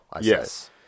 yes